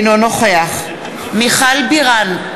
אינו נוכח מיכל בירן,